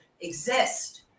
exist